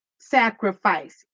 sacrifice